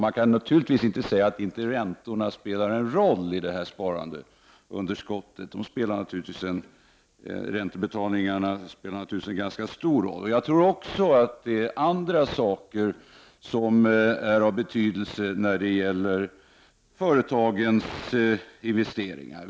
Man kan inte säga att inte räntorna spelar en roll när det gäller detta sparandeunderskott; räntebetalningarna spelar naturligtvis en ganska stor roll. Jag tror också att andra faktorer är av betydelse när det gäller företagens investeringar.